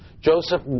Joseph